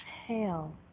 exhale